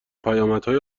پیامدهای